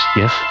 yes